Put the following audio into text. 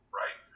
right